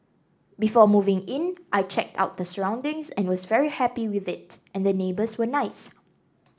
before moving in I checked out the surroundings and was very happy with it and the neighbours were nice